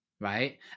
right